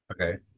Okay